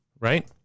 right